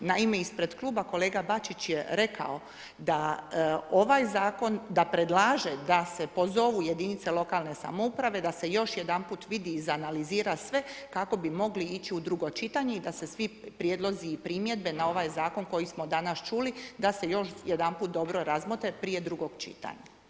Naime, ispred Kluba kolega Bačić je rekao da predlaže da se pozovu jedinice lokalne samouprave, da se još jedanput vidi i izanalizira sve kako bi mogli ići u drugo čitanje i da se svi prijedlozi i primjedbe na ovaj Zakon koji smo danas čuli da se još jedanput dobro razmotre prije drugog čitanja.